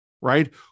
right